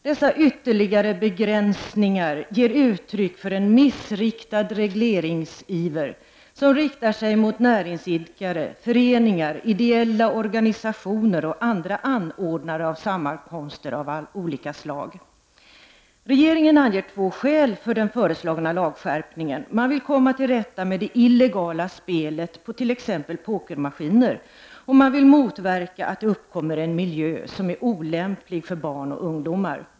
Dessa ytterligare begränsningar ger uttryck för en missriktad regleringsiver, som riktas mot näringsidkare, föreningar, ideella organisationer och andra anordnare av sammankomster av olika slag. Regeringen anger två skäl för den föreslagna lagskärpningen. Man vill komma till rätta med det illegala spelet på t.ex. pokermaskiner, och man vill motverka att det uppkommer en miljö som är olämplig för barn och ungdomar.